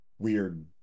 weird